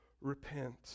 repent